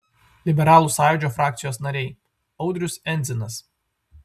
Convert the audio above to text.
liberalų sąjūdžio frakcijos nariai audrius endzinas